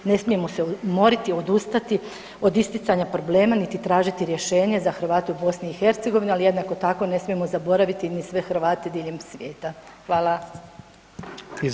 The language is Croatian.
Ne smijemo se umoriti, odustati od isticanja problema niti tražiti rješenje za Hrvate u BiH, ali jednako tako, ne smijemo zaboraviti ni sve Hrvate diljem svijeta.